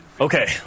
okay